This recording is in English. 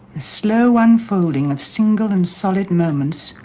the slow unfolding of single and solid moments,